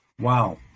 wow